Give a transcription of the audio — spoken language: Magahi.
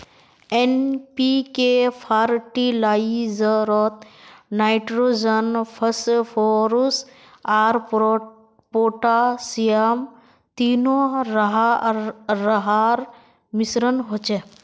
एन.पी.के फ़र्टिलाइज़रोत नाइट्रोजन, फस्फोरुस आर पोटासियम तीनो रहार मिश्रण होचे